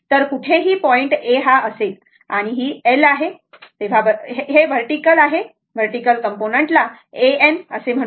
तर कुठेही point A हा असेल आणि ही L आहे बरोबर आणि हे वर्टीकल आहे वर्टीकल कंपोनेंट ला A N म्हणू